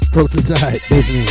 Prototype